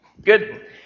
Good